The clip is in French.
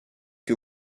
que